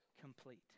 complete